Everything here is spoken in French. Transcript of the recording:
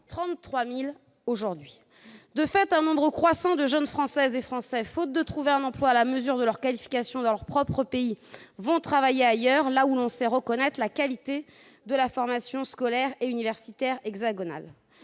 33 000 aujourd'hui. De fait, un nombre croissant de jeunes Françaises et Français, faute de trouver un emploi à la mesure de leurs qualifications dans leur propre pays, vont travailler ailleurs, là où l'on sait reconnaître la qualité de la formation scolaire et universitaire hexagonale.